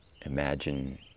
imagine